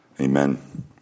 Amen